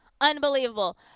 unbelievable